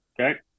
Okay